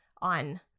on